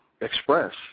express